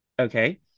Okay